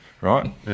right